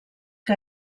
que